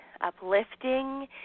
uplifting